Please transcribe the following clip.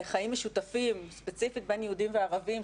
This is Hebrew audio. לחיים משותפים ספציפית בין יהודים וערבים,